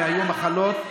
והיו מחלות,